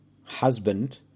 husband